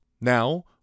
Now